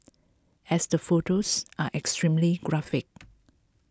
as the photos are extremely graphic